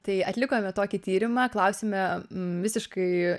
tai atlikome tokį tyrimą klausėme visiškai